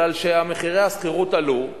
בגלל שמחירי השכירות עלו.